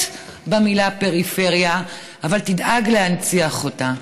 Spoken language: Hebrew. במילה "פריפריה" אבל תדאג להנציח אותה?